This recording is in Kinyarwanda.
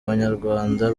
abanyarwanda